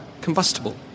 combustible